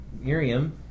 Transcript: Miriam